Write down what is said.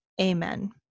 Amen